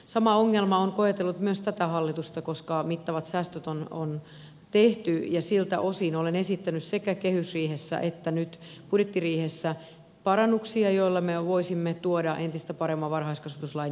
sama ongelma on koetellut myös tätä hallitusta koska mittavat säästöt on tehty ja siltä osin olen esittänyt sekä kehysriihessä että nyt budjettiriihessä parannuksia joilla me voisimme tuoda entistä paremman varhaiskasvatuslain eduskunnan käsittelyyn